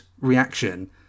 reaction